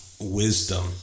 wisdom